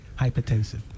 hypertensive